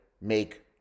make